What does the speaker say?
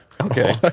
Okay